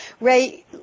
Ray